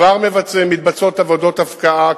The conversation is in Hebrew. כבר מתבצעות עבודות הפקעה,